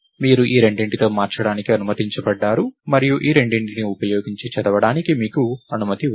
మీరు ఈ రెండింటితో మార్చడానికి అనుమతించబడ్డారు మరియు ఈ రెండింటిని ఉపయోగించి చదవడానికి మీకు అనుమతి ఉంది